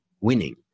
winning